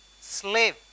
slave